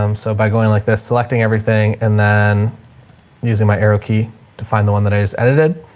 um so by going like this, selecting everything and then using my arrow key to find the one that i just edited.